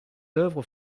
œuvres